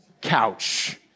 Couch